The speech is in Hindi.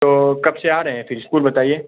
तो कब से आ रहे हैं फिर स्कूल बताइए